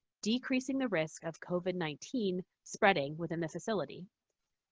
decreasing the risk of covid nineteen spreading within the facility.